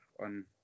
on